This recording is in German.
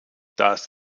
das